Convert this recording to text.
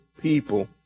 people